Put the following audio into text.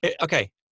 Okay